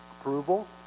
Approval